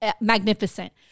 magnificent